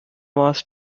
was